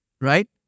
Right